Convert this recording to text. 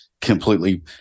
completely